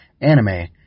anime